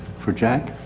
for jack?